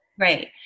Right